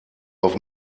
auf